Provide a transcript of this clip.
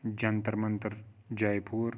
Jantar Mantar Jaipur